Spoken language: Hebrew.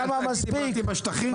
-- -בשטחים?